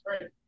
Right